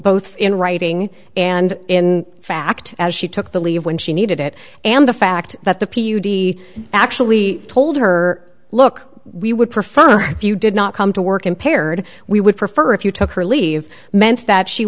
both in writing and in fact as she took the leave when she needed it and the fact that the p u d actually told her look we would prefer if you did not come to work impaired we would prefer if you took her leave meant that she